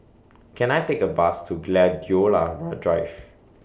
Can I Take A Bus to Gladiola Drive